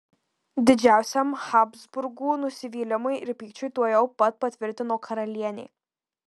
didžiausiam habsburgų nusivylimui ir pykčiui tuojau pat patvirtino karalienė